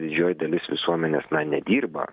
didžioji dalis visuomenės na nedirba